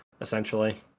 Essentially